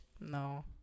no